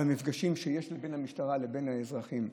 במפגשים בין המשטרה לבין האזרחים,